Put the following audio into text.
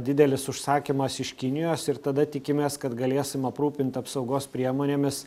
didelis užsakymas iš kinijos ir tada tikimės kad galėsim aprūpint apsaugos priemonėmis